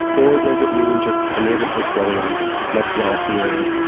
or does it mean just a neighborhood getting much wealthier?